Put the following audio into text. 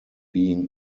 being